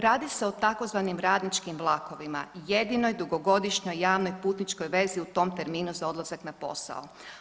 Radi se o tzv. radničkim vlakovima, jedinoj dugogodišnjoj javnoj putničkoj vezi u tom terminu za odlazak na posao.